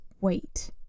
wait